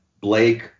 Blake